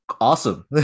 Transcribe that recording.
awesome